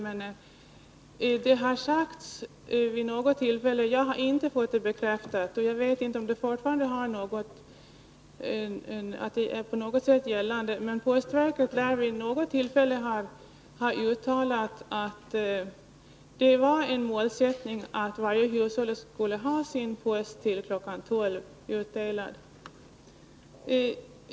Postverket lär emellertid vid något tillfälle ha uttalat — jag har inte fått det bekräftat — att målsättningen var att varje hushåll skulle ha sin post utdelad till kl. 12.